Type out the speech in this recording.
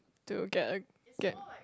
to get a get